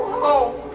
home